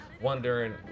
wondering